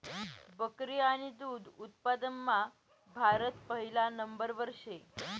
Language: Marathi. बकरी आणि दुध उत्पादनमा भारत पहिला नंबरवर शे